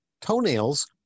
toenails